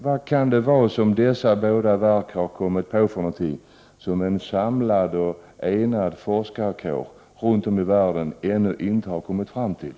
Vad kan dessa båda verk ha kommit på som en samlad och enad forskarkår runt om i världen ännu inte har kommit fram till?